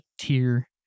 tier